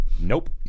Nope